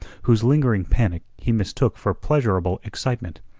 whose lingering panic he mistook for pleasurable excitement,